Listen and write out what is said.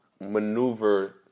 maneuver